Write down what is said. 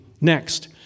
Next